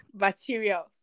materials